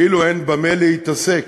כאילו אין במה להתעסק,